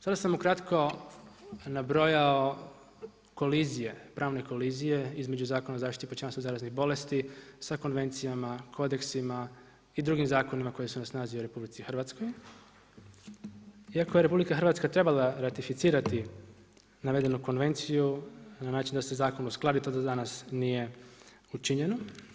Sada sam ukratko nabrojao kolizije, pravne kolizije između Zakona o zaštiti pučanstva od zaraznih bolesti sa konvencijama, kodeksima i drugim zakonima koji su na snazi u RH iako je RH trebala ratificirati navedenu konvenciju na način da se zakon uskladi, to do danas nije učinjeno.